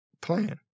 plan